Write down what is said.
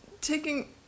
taking